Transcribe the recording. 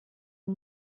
uyu